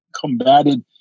combated –